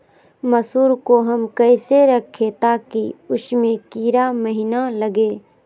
मसूर को हम कैसे रखे ताकि उसमे कीड़ा महिना लगे?